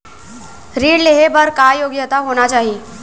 ऋण लेहे बर का योग्यता होना चाही?